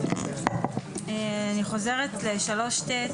אני חוזרת לסעיף 3ט,